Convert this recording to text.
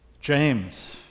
James